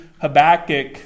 Habakkuk